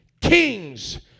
kings